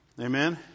Amen